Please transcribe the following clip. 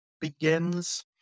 begins